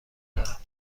دارم